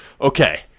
Okay